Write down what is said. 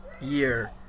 year